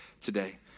today